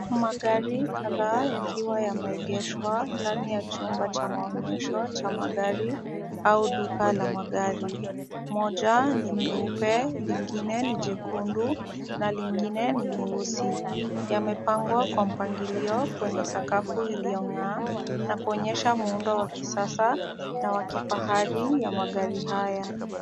Magari kadhaa yakiwa yameegeshwa ndani ya chumba cha maonyesho cha magari, au duka la magari. Moja ni nyeupe, lingine ni jekundu na lingine ni nyeusi. Yamepangwa kwa mpangilio kwenye sakafu iliyong'aa na kuonyesha muundo wa kisasa, na wa kifahari ya magari haya.